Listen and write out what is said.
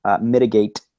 mitigate